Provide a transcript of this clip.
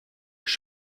die